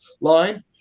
line